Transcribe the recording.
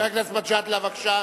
חבר הכנסת מג'אדלה, בבקשה.